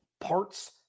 parts